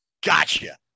gotcha